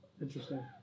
Interesting